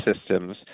systems